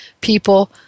people